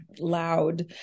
loud